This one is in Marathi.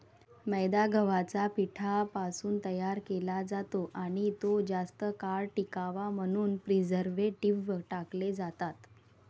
मैदा गव्हाच्या पिठापासून तयार केला जातो आणि तो जास्त काळ टिकावा म्हणून प्रिझर्व्हेटिव्ह टाकले जातात